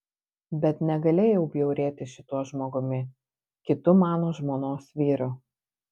bet negalėjau bjaurėtis šituo žmogumi kitu mano žmonos vyru